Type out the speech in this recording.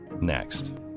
next